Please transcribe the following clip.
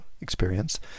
experience